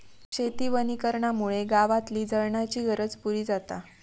शेती वनीकरणामुळे गावातली जळणाची गरज पुरी जाता